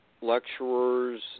lecturers